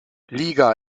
liga